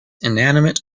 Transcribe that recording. inanimate